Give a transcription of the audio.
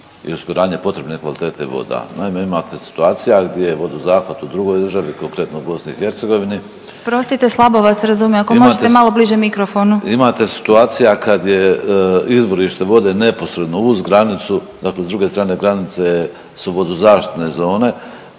i osiguranje potrebne kvalitete voda. Naime, imate situacija gdje je vodozahvat u drugoj državi konkretno u BiH …/Upadica Bubaš: Oprostite slabo vas razumijem ako možete malo bliže mikrofonu./… Imate situacija kad je izvorište vode neposredno uz granicu dakle s druge strane granice su vodozaštite zone,